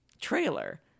trailer